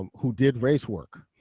um who did race work.